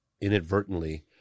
inadvertently